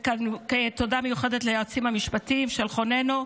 ותודה מיוחדת ליועצים המשפטיים של חוננו.